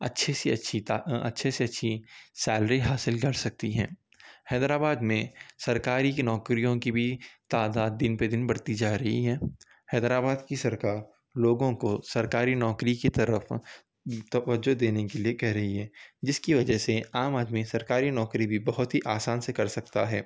اچھے سے اچھی تا اچھے سے اچھی سیلری حاصل کر سکتی ہیں حیدر آباد میں سرکاری کی نوکریوں کی بھی تعداد دِن بہ دِن بڑھتی جا رہی ہے حیدر آباد کی سرکار لوگوں کو سرکاری نوکری کی طرف توجہ دینے کے لئے کہہ رہی ہے جس کی وجہ سے عام آدمی سرکاری نوکری بھی بہت ہی آسان سے کر سکتا ہے